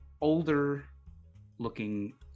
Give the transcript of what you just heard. older-looking